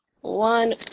one